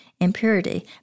impurity